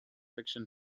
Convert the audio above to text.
fiction